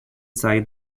side